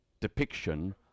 depiction